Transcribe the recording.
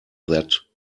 that